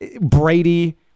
Brady